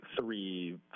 three